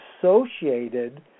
associated